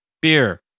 Beer